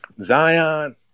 Zion